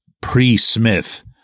pre-Smith